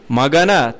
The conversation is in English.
Magana